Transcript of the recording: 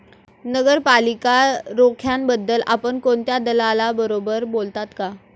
नगरपालिका रोख्यांबद्दल आपण कोणत्या दलालाबरोबर बोललात का?